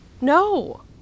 No